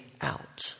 out